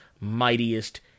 mightiest